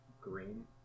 green